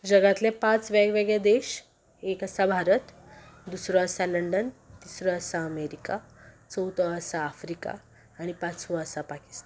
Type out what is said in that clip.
जगांतले पांच वेगवेगळे देश एक आसा भारत दुसरो आसा लंडन तिसरो आसा अमेरिका चवथो आसा आफ्रिका आनी पांचवो आसा पाकिस्तान